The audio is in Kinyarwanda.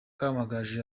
kamagaju